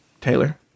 taylor